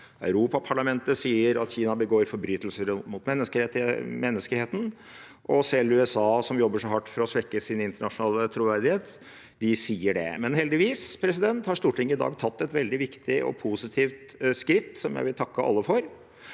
Europaparlamentet sier at Kina begår forbrytelser mot menneskeheten, og selv USA, som jobber så hardt for å svekke sin internasjonale troverdighet, sier det. Men heldigvis har Stortinget i dag tatt et veldig viktig og positivt skritt som jeg vil takke alle for.